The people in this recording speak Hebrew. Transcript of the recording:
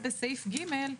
לבתי החולים האחרים,